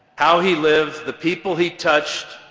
how he lived, the people he touched,